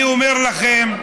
אני אומר לכם,